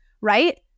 right